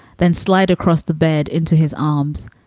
then slide across the bed into his arms.